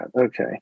okay